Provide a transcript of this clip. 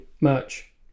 merch